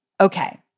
Okay